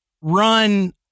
run